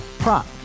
Prop